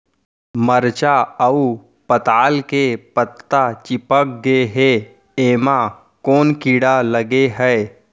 मरचा अऊ पताल के पत्ता चिपक गे हे, एमा कोन कीड़ा लगे है?